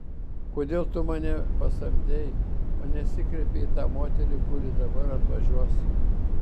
kodėl tu mane pasamdei o nesikreipei į tą moterį kuri dabar atvažiuos